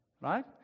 Right